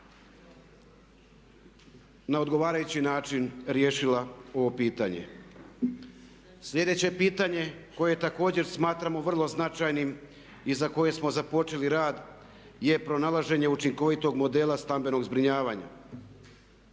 na odgovarajući način riješila ovo pitanje. Sljedeće pitanje koje također smatramo vrlo značajnim i za koje smo započeli rad je pronalaženje učinkovitog modela stambenog zbrinjavanja.